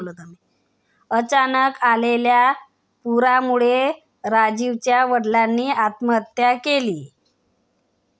अचानक आलेल्या पुरामुळे राजीवच्या वडिलांनी आत्महत्या केली